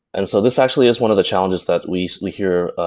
and so this actually is one of the challenges that we we hear